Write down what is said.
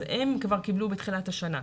הם כבר קיבלו בתחילת השנה.